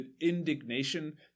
indignation